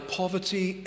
poverty